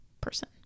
person